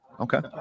Okay